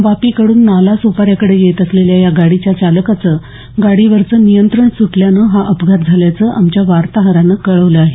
वापी कडून नालासोपाऱ्याकडे येत असलेल्या या गाडीच्या चालकाचं गाडीवरचं नियंत्रण सुटल्यानं हा अपघात झाल्याचं आमच्या वार्ताहरानं कळवलं आहे